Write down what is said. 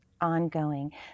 ongoing